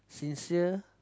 sincere